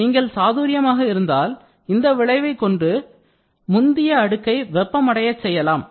நீங்கள் சாதுர்யமாக இருந்தால் இந்த விளைவை கொண்டு முந்தைய அடுக்கை வெப்பம் அடையச் செய்யலாம்